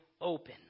open